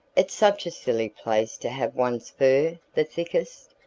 it's such a silly place to have one's fur the thickest!